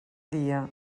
dia